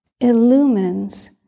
illumines